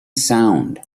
sound